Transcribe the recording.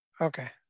Okay